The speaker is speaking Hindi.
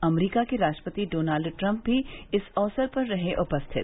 अमरीका के राष्ट्रपति डॉनाल्ड ट्रम्प भी इस अवसर पर रहे उपस्थित